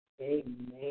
Amen